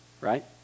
right